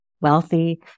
wealthy